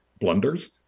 blunders